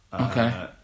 Okay